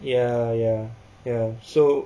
ya ya ya ya so